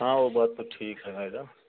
हाँ वह बात तो ठीक है मैडम